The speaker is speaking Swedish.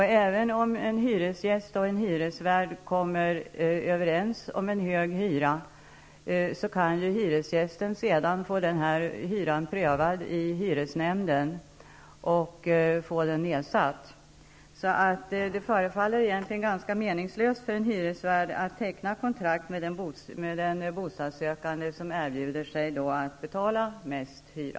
Även om en hyresgäst och en hyresvärd kommer överens om en hög hyra, kan hyresgästen sedan få den hyran prövad i hyresnämnden och få den nedsatt. Det förefaller egentligen ganska meningslöst för en hyresvärd att teckna kontrakt med den bostadssökande som erbjuder sig att betala mest i hyra.